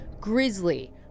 grizzly